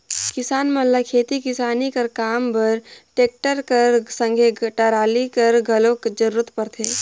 किसान मन ल खेती किसानी कर काम बर टेक्टर कर संघे टराली कर घलो जरूरत परथे